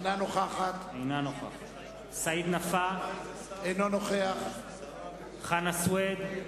אינה נוכחת סעיד נפאע, אינו נוכח חנא סוייד,